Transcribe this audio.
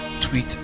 tweet